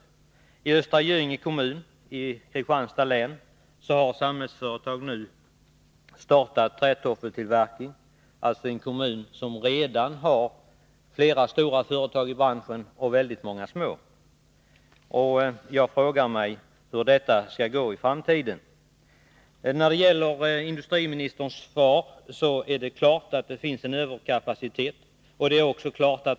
Också i Östra Göinge kommun i Kristianstads län har Samhällsföretag startat trätoffeltillverkning. Kommunen har redan flera stora och också många små företag i branschen. Många frågar sig hur utvecklingen där skall bli i framtiden. Som industriministern säger i svaret har den här industrin en överkapacitet.